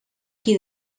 qui